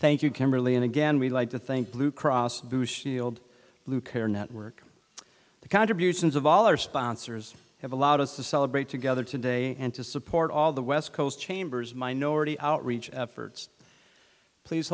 thank you kimberly and again we like to think blue cross blue shield blue care network the contributions of all our sponsors have allowed us to celebrate together today and to support all the west coast chambers minority outreach efforts please